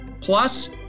Plus